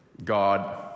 God